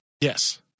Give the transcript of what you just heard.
Yes